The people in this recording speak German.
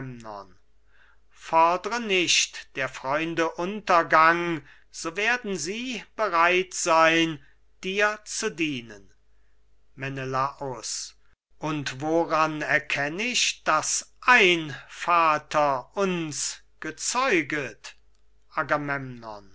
fordre nicht der freunde untergang so werden sie bereit sein dir zu dienen menelaus und woran erkenn ich daß ein vater uns gezeugt